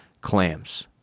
clams